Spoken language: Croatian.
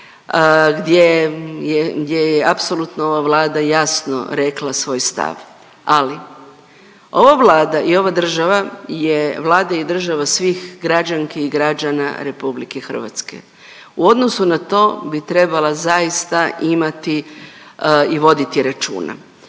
gdje je apsolutno ova Vlada jasno rekla svoj stav, ali ova Vlada i ova država je Vlada i država svih građanki i građana RH. U odnosu na to bi trebala zaista imati i voditi računa.